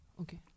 okay